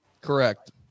Correct